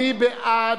מי בעד?